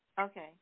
okay